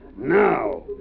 Now